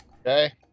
Okay